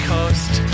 Coast